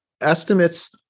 estimates